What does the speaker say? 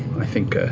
i think ah